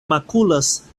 makulas